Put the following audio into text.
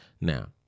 Now